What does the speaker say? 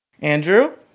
Andrew